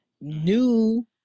new